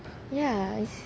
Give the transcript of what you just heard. ya it's